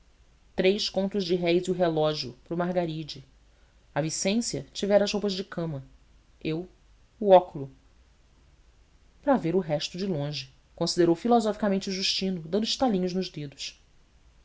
três contos de réis e o relógio para o margaride a vicência tivera as roupas de cama eu o óculo para ver o resto de longe considerou filosoficamente o justino dando estalinhos nos dedos